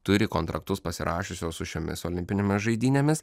turi kontraktus pasirašiusios su šiomis olimpinėmis žaidynėmis